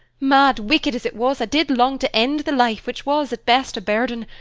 mad, wicked as it was, i did long to end the life which was, at best, a burden,